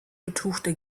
betuchte